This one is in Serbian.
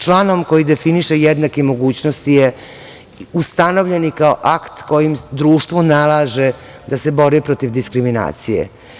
Članom koji definiše jednake mogućnosti je ustanovljen i kao akt koji društvu nalaže da se bori protiv diskriminacije.